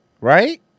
Right